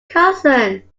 cousin